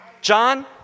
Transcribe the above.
John